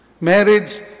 Marriage